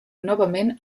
novament